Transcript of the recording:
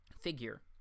figure